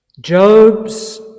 Job's